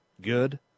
good